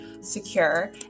secure